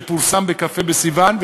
שפורסם בכ"ה בסיוון,